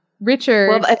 Richard